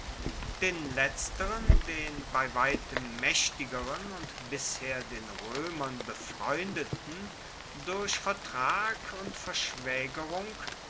den letzteren den bei weitem maechtigeren und bisher den roemern befreundeten durch vertrag und